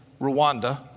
Rwanda